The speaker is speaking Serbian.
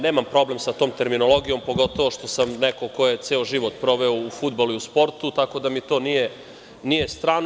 Nemam problem sa tom terminologijom, pogotovo što sam neko ko je ceo život proveo u fudbalu i u sportu, tako da mi to nije strano.